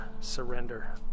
surrender